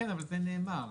זה כבר נאמר.